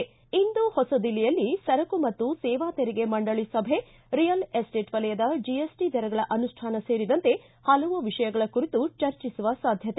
ಿ ಇಂದು ಹೊಸ ದಿಲ್ಲಿಯಲ್ಲಿ ಸರಕು ಮತ್ತು ಸೇವಾ ತೆರಿಗೆ ಮಂಡಳಿ ಸಭೆ ರಿಯಲ್ ಎಸ್ಪೇಟ್ ವಲಯದ ಜೆಎಸ್ಟ ದರಗಳ ಅನುಷ್ಣಾನ ಸೇರಿದಂತೆ ಹಲವು ವಿಷಯಗಳ ಕುರಿತು ಚರ್ಚಿಸುವ ಸಾಧ್ಯತೆ